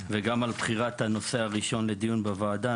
וגם על בחירת הנושא הראשון לדיון בוועדה,